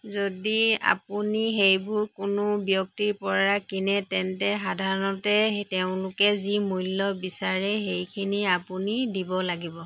যদি আপুনি সেইবোৰ কোনো ব্যক্তিৰপৰা কিনে তেন্তে সাধাৰণতে সেই তেওঁলোকে যি মূল্য বিচাৰে সেইখিনি আপুনি দিব লাগিব